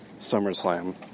SummerSlam